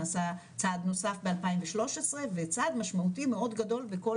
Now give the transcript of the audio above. זה נעשה צעד נוסף ב- 2013 וצעד משמעותי מאוד גדול בכל